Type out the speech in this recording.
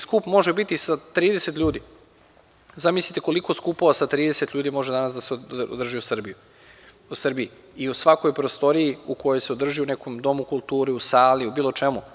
Skup može biti sa 30 ljudi, zamislite koliko skupova sa 30 ljudi može danas da se održi u Srbiji i u svakoj prostoriji gde se održi u nekom domu kulture, u sali, u bilo čemu.